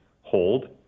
hold